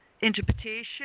interpretation